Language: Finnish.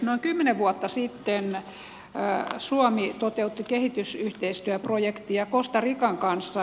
noin kymmenen vuotta sitten suomi toteutti kehitysyhteistyöprojektia costa rican kanssa